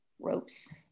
ropes